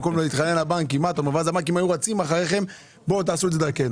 הבנקים היו רצים אחריכם שיעשו את זה דרכם.